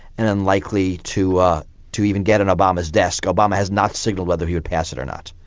and unlikely to to even get on obama's desk. obama has not signalled whether he would pass it or not.